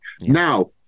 Now